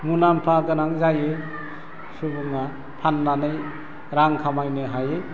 मुलाम्फा गोनां जायो सुबुङा फाननानै रां खामायनो हायो